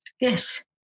Yes